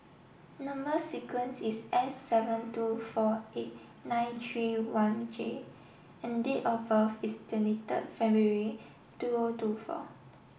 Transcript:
number sequence is S seven two four eight nine three one J and date of birth is twenty third February two O two four